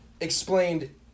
Explained